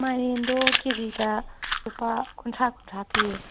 ꯃꯥꯏꯔꯦꯟꯗꯣ ꯀꯦ ꯖꯤꯗ ꯂꯨꯄꯥ ꯀꯨꯟꯊ꯭ꯔꯥ ꯀꯨꯟꯊ꯭ꯔꯥ ꯄꯤꯌꯦ